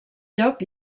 lloc